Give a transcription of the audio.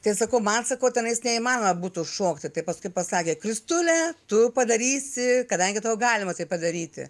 tai sakau man sakau tenais neįmanoma būtų šokti tai paskui pasakė kristule tu padarysi kadangi tau galima tai padaryti